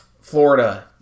Florida